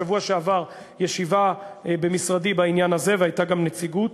בשבוע שעבר ישיבה במשרדי בעניין הזה והייתה גם נציגות,